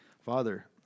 Father